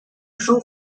jour